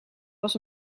was